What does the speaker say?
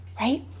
right